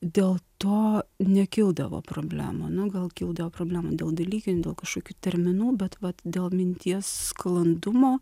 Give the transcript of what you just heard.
dėl to nekildavo problemų nu gal kildavo problemų dėl dalykinių dėl kažkokių terminų bet vat dėl minties sklandumo